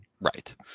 Right